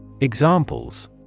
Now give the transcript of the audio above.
Examples